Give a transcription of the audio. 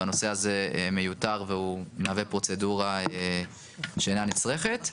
והנושא הזה מיותר והוא מהווה פרוצדורה שאינה נצרכת.